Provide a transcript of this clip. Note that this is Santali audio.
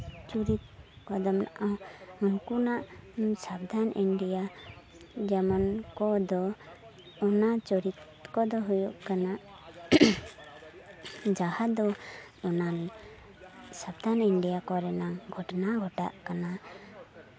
ᱪᱩᱨᱤᱛ ᱠᱚᱫᱚ ᱩᱱᱠᱩᱱᱟᱜ ᱥᱟᱵᱫᱷᱟᱱ ᱤᱱᱰᱤᱭᱟ ᱡᱮᱢᱚᱱ ᱠᱚᱫᱚ ᱚᱱᱟ ᱪᱚᱨᱤᱛ ᱠᱚᱫᱚ ᱦᱩᱭᱩᱜ ᱠᱟᱱᱟ ᱡᱟᱦᱟᱸ ᱫᱚ ᱚᱱᱟ ᱥᱟᱵᱫᱷᱟᱱ ᱤᱱᱰᱤᱭᱟ ᱠᱚᱨᱮᱱᱟᱝ ᱜᱷᱚᱴᱚᱱᱟ ᱜᱷᱚᱴᱟᱜ ᱠᱟᱱᱟ